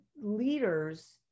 leaders